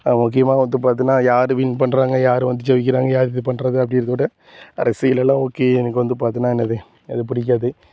அது முக்கியமாக வந்து பார்த்தினா யார் வின் பண்ணுறாங்க யார் வந்து ஜெயிக்கிறாங்க யார் இது பண்ணுறது அப்படி இருக்கிறதோட அரசியலெல்லாம் ஓகே எனக்கு வந்து பார்த்தினா என்னது அது பிடிக்காது